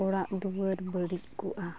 ᱚᱲᱟᱜ ᱫᱩᱣᱟᱹᱨ ᱵᱟᱹᱲᱤᱡᱽ ᱠᱚᱜᱼᱟ